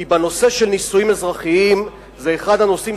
כי הנושא של נישואים אזרחיים זה אחד הנושאים